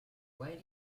where